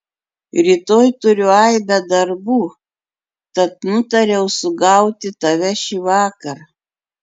rytoj turiu aibę darbų tad nutariau sugauti tave šįvakar